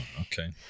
okay